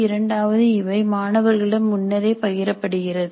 இரண்டாவது இவை மாணவர்களிடம் முன்னரே பகிரப்படுகிறது